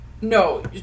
No